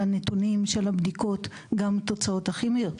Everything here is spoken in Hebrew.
הנתונים של הבדיקות גם התוצאות הכימיות.